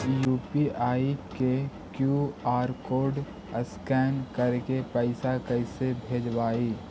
UPI के QR code scan करके पैसा कैसे भेजबइ?